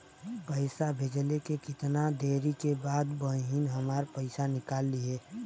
पैसा भेजले के कितना देरी के बाद बहिन हमार पैसा निकाल लिहे?